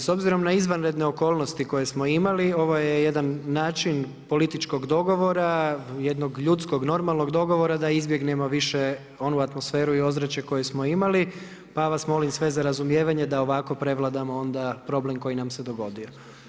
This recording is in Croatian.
S obzirom na izvanredne okolnosti koje smo imali ovo je jedan način političkog dogovora, jednog ljudskog, normalnog dogovora da izbjegnemo više onu atmosferu i ozračje koje smo imali, pa vas molim sve za razumijevanje da ovako prevladamo onda problem koji nam se dogodio.